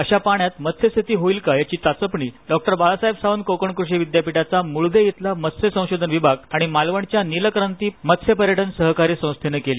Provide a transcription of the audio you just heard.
अशा पाण्यात मत्स्य शेती होईल का याची चाचपणी डॉ बाळासाहेब सावंत कोकण कृषी विद्यापीठाचा मुळदे इथला मत्स्य संशोधन विभाग आणि मालवणच्या नीलक्रांती मत्स्यपर्यटन सहकारी संस्थेनं केली